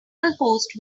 localhost